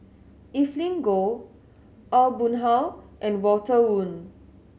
Evelyn Goh Aw Boon Haw and Walter Woon